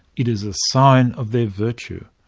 it is a sign of their virtue.